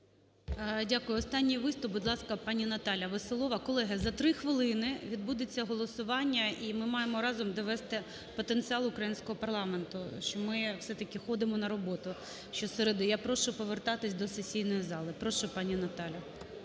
Дякую. Останній виступ, будь ласка, пані Наталя Веселова. Колеги, за 3 хвилини відбудеться голосування, і ми маємо разом довести потенціал українського парламенту, що ми все-таки ходимо на роботу, щосереди. Я прошу повертатись до сесійної зали. Прошу, пані Наталя.